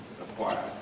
acquire